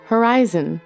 Horizon